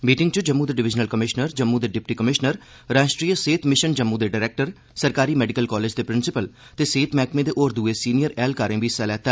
meeting च जम्मू दे divisional commissioner Jammu दे डिप्टी कमिशनर राष्ट्री सेह्त मिशन जम्मू दे डरैक्टर सरकारी मैडिकल कालेज दे प्रिंसिपल ते सेह्त मैह्कमे दे होर दुए सीनियर ऐहलकारें बी हिस्सा लैता